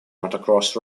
motocross